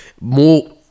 more